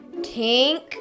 Tink